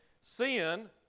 sin